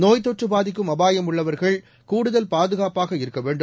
நோய்த்தொற்று பாதிக்கும் அபாயம் உள்ளவர்கள் கூடுதல் பாதுகாப்பாக இருக்க வேண்டும்